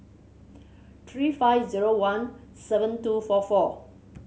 three five zero one seven two four four